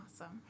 Awesome